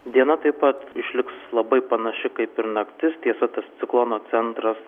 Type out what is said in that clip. diena taip pat išliks labai panaši kaip ir naktis tiesa tas ciklono centras